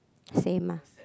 same mah